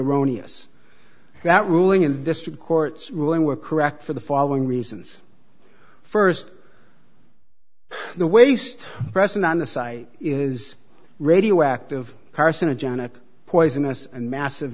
erroneous that ruling and district court's ruling were correct for the following reasons st the waste present on the site is radioactive carcinogenic poisonous and massive